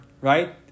right